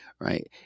right